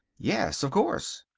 yes, of course.